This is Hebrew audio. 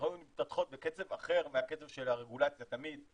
וטכנולוגיות מתפתחות בקצב אחר מהקצב של הרגולציה תמיד,